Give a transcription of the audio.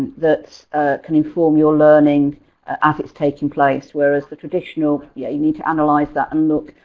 that can inform your learning as it's taking place. whereas the traditional, yeah you need to analyze that and look.